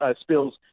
spills